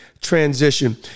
transition